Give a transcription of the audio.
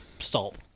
stop